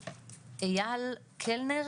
אייל קלנר